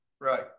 Right